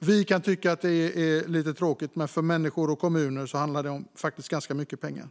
Vi kan tycka att det är lite tråkigt, men för människor och kommuner handlar det om ganska mycket pengar.